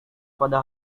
pada